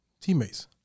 teammates